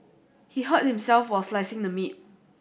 he hurt himself while slicing the meat